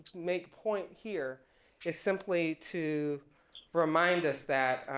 make point here is simply to remind us that,